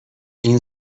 این